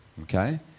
okay